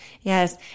Yes